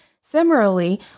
Similarly